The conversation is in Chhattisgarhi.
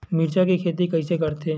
मिरचा के खेती कइसे करथे?